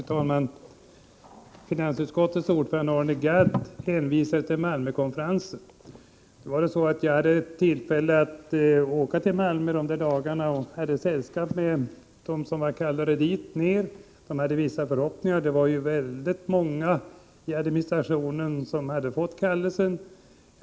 Fru talman! Finansutskottets ordförande Arne Gadd hänvisar till Malmökonferensen. Jag hade tillfälle att åka till Malmö de där dagarna och hade sällskap med personer som var kallade dit — det var ju väldigt många i administrationen som hade fått kallelse — och de hade vissa förhoppningar.